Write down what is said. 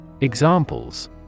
Examples